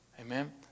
Amen